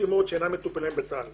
שאינם מטופלים בצה"ל.